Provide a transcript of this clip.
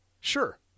Sure